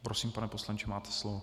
Prosím, pane poslanče, máte slovo.